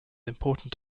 important